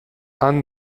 han